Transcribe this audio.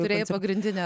turi pagrindinę